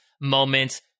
moments